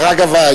דרך אגב,